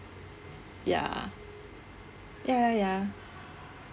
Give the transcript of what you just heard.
ya ya ya ya